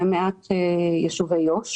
יו"ש.